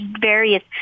various